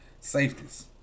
Safeties